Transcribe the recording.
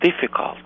difficult